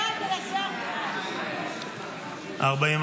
בדבר תוספת תקציב לא נתקבלו.